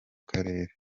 karere